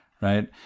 right